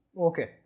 Okay